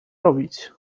robić